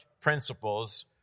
principles